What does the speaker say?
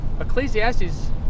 Ecclesiastes